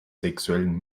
sexuellen